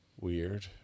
weird